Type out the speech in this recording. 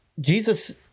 Jesus